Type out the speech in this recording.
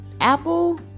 Apple